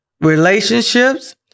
relationships